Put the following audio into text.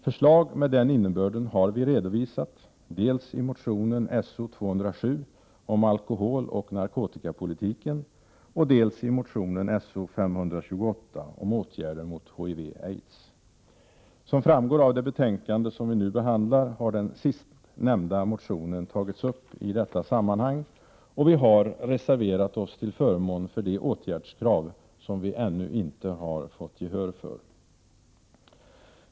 Förslag med den innebörden har vi redovisat, dels i motionen S0207 om alkoholoch narkotikapolitiken, dels i motionen §So528 om åtgärder mot HIV/aids. Som framgår av det betänkande som vi nu behandlar har den sistnämnda motionen tagits upp i detta sammanhang, och vi har reserverat oss till förmån för de åtgärdskrav som vi ännu inte har fått gehör för.